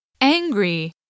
angry